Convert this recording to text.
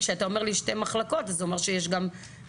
כשאתה אומר לי שתי מחלקות אז זה אומר שיש גם לעיתים